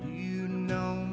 you know